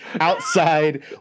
outside